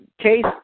Case